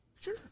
Sure